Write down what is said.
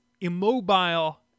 immobile